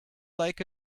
like